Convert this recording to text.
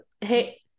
hey